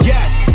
Yes